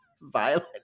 violent